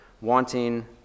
wanting